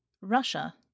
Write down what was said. Russia